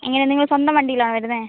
എങ്ങനെ നിങ്ങള് സ്വന്തം വണ്ടിയിലാണോ വരുന്നത്